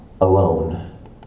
alone